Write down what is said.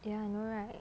ya I know right